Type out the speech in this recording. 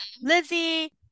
Lizzie